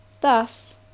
Thus